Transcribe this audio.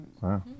Wow